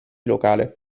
locale